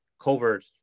covered